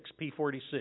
P46